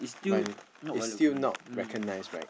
still not widely recognised mm